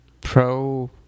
pro